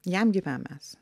jam gyvam esan